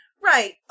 Right